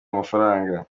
amafaranga